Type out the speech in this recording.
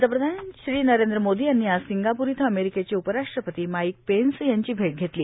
पंतप्रधान नरेंद्र मोदी यांनी आज सिंगाप्र इथं अमेरीकेचे उपराष्ट्रपती माईक पेंस यांची भेट घेतली